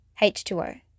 H2O